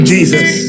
Jesus